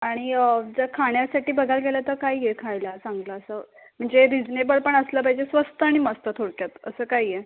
आणि जर खाण्यासाठी बघायला गेलं तर काय आहे खायला चांगल असं म्हणजे रिजनेबल पण असलं पाहिजे स्वस्त आणि मस्त थोडक्यात असं काय आहे